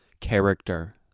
character